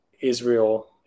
Israel